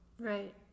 right